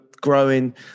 growing